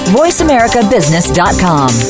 voiceamericabusiness.com